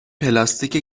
پلاستیک